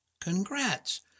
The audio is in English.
Congrats